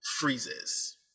freezes